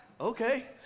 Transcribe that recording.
okay